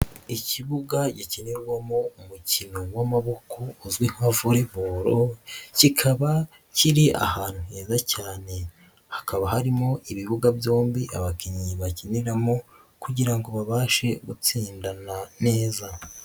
Ikibuga gikinirwamo umukino w'amaboko uzwi nka volley ball kikaba kiri ahantu heza cyane, hakaba harimo ibibuga byombi abakinnyi bakiniramo kugira ngo babashe gutsindana neza.